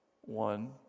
one